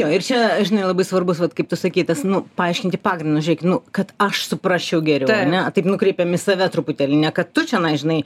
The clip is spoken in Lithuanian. jo ir čia žinai labai svarbus vat kaip tu sakei tas nu paaiškinti pagrindus žiūrėk nu kad aš suprasčiau geriau ar ne taip nukreipiam į save truputėlį ne kad tu čionai žinai